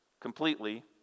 completely